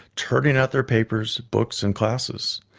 turning out their papers, books, and classes.